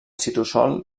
citosol